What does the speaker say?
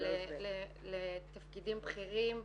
לתפקידים בכירים,